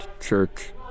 Church